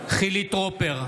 חילי טרופר,